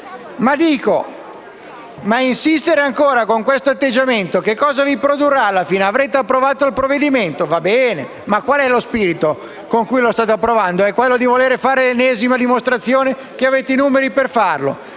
Ma insistere ancora con questo atteggiamento che cosa vi produrrà alla fine? Avrete approvato il provvedimento? Va bene, ma qual è lo spirito con cui lo avrete approvato? È quello di voler fare l'ennesima dimostrazione che avete i numeri per farlo?